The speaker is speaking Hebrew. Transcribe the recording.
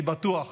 אני בטוח